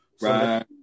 right